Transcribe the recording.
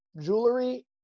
jewelry